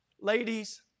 ladies